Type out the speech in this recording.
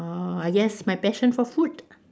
err I guess my passion for food